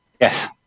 Yes